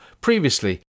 previously